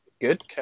Good